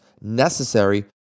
necessary